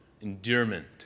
endearment